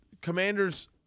Commanders